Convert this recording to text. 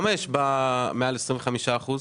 כמה יש מעל 25%?